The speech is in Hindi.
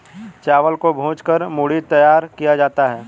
चावल को भूंज कर मूढ़ी तैयार किया जाता है